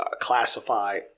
classify